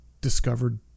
discovered